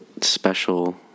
special